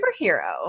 superhero